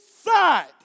side